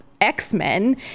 X-Men